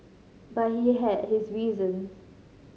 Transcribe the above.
but he had his reasons